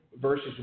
versus